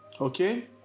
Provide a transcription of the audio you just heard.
okay